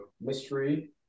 mystery